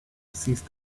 ceased